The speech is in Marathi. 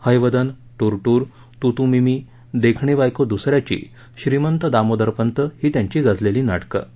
हयवदन टूरटूर तू तू मी मी देखणी बायको दुस याची श्रीमंत दामोदरपंत ही त्यांची गाजलेली नाटकं होती